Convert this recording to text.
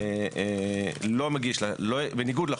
בניגוד לחוק,